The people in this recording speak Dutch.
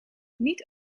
niet